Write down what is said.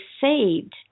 saved